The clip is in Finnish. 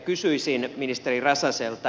kysyisin ministeri räsäseltä